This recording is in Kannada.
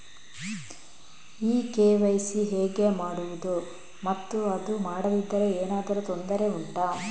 ಈ ಕೆ.ವೈ.ಸಿ ಹೇಗೆ ಮಾಡುವುದು ಮತ್ತು ಅದು ಮಾಡದಿದ್ದರೆ ಏನಾದರೂ ತೊಂದರೆ ಉಂಟಾ